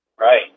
Right